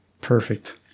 Perfect